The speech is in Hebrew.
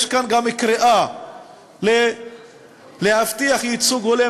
יש כאן גם קריאה להבטיח ייצוג הולם,